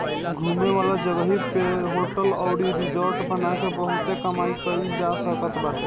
घूमे वाला जगही पअ होटल अउरी रिजार्ट बना के बहुते कमाई कईल जा सकत बाटे